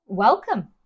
Welcome